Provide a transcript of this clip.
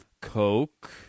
Coke